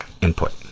input